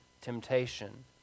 temptation